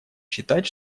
считать